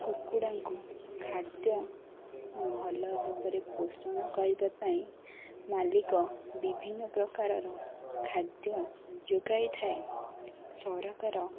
କୁକୁଡ଼ାଙ୍କୁ ଖାଦ୍ୟ ଭଲ ଭାବରେ ପୋଷଣ କରିବା ପାଇଁ ମାଲିକ ବିଭିନ୍ନପ୍ରକାରର ଖାଦ୍ୟ ଯୋଗାଇଥାଏ ସରକାର